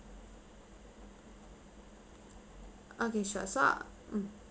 okay sure so mm